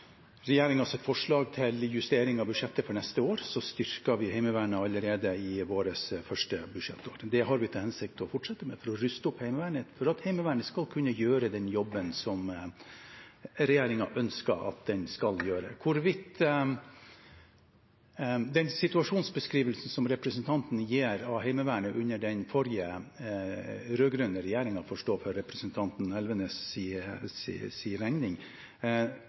forslag til justering av budsjettet for neste år – vi styrker Heimevernet allerede i vårt første budsjettår. Det har vi til hensikt å fortsette med for å ruste opp Heimevernet for at Heimevernet skal kunne gjøre den jobben som regjeringen ønsker at det skal gjøre. Den situasjonsbeskrivelsen som representanten gir av Heimevernet under den forrige rød-grønne regjeringen, får stå for representanten Elvenes’